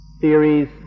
theories